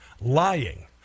Lying